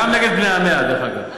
גם נגד בני עמה, דרך אגב.